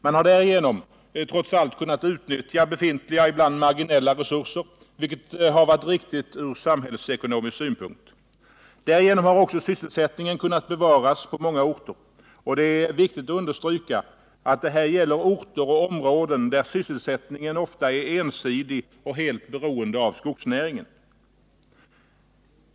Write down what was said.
Man har därigenom trots allt kunnat utnyttja befintliga, ibland marginella, resurser, vilket varit riktigt ur samhällsekonomisk synpunkt. Därigenom har också sysselsättningen kunnat bevaras på många orter, och det är viktigt att understryka att det här gäller orter och områden där sysselsättningen ofta är ensidig och helt beroende av skogsnäringen.